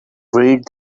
read